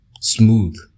smooth